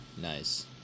Nice